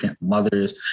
mothers